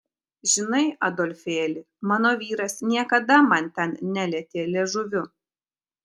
žinai adolfėli mano vyras niekada man ten nelietė liežuviu